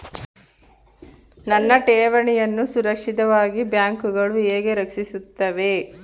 ನನ್ನ ಠೇವಣಿಯನ್ನು ಸುರಕ್ಷಿತವಾಗಿ ಬ್ಯಾಂಕುಗಳು ಹೇಗೆ ರಕ್ಷಿಸುತ್ತವೆ?